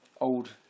old